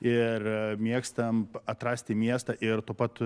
ir mėgstam atrasti miestą ir tuo pat